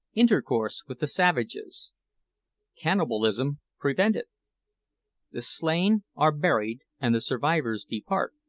intercourse with the savages cannibalism prevented the slain are buried and the survivors depart,